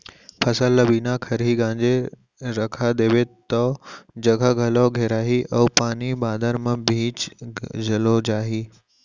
फसल ल बिना खरही गांजे रखा देबे तौ जघा घलौ घेराही अउ पानी बादर म भींज घलौ जाही